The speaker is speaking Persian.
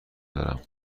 دارم